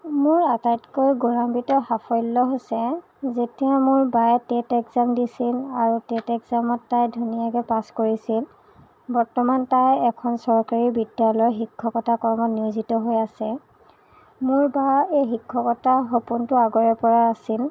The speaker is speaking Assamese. মোৰ আটাইতকৈ গৌৰৱান্বিত সাফল্য় হৈছে যেতিয়া মোৰ বায়ে টেট এক্জাম দিছিল আৰু টেট এক্জামত তাই ধুনীয়াকৈ পাচ কৰিছিল বৰ্তমান তাই এখন চৰকাৰী বিদ্য়ালয়ত শিক্ষকতাৰ কামত নিয়োজিত হৈ আছে মোৰ বাৰ এই শিক্ষকতাৰ সপোনটো আগৰে পৰা আছিল